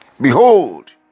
Behold